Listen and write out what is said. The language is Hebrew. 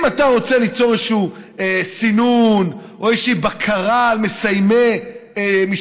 אם אתה רוצה ליצור איזשהו סינון או איזושהי בקרה על מסיימי משפטים